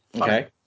Okay